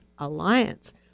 Alliance